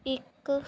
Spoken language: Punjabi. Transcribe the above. ਇੱਕ